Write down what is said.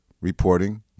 reporting